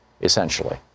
essentially